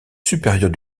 supérieur